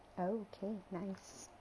okay nice